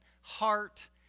heart